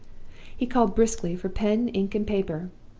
he called briskly for pen, ink and paper,